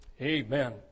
Amen